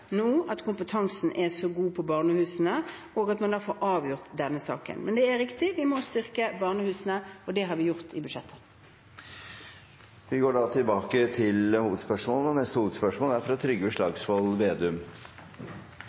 nå klargjør at kompetansen er god på barnehusene, og at man da får avgjort denne saken. Men det er riktig at vi må styrke barnehusene, og det har vi gjort i budsjettet. Vi går videre til neste hovedspørsmål. Noe av det fantastiske med Norge er